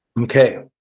Okay